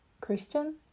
Christian